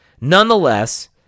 Nonetheless